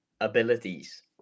abilities